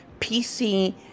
PC